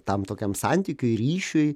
tam tokiam santykiui ryšiui